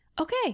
Okay